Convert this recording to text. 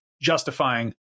justifying